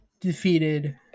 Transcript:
Defeated